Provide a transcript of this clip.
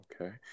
Okay